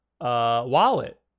wallet